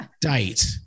date